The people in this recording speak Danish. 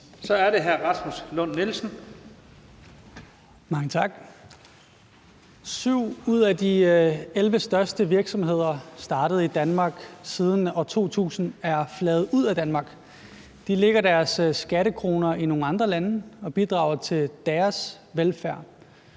Kl. 16:59 Rasmus Lund-Nielsen (M): Mange tak. 7 ud af de 11 største virksomheder, der er startet i Danmark siden år 2000, er flaget ud af Danmark; de lægger deres skattekroner i nogle andre lande og bidrager til deres velfærd.